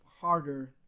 harder